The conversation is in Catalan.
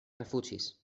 refugis